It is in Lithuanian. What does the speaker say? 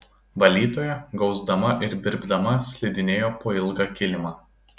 valytoja gausdama ir birbdama slidinėjo po ilgą kilimą